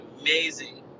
amazing